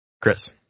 Chris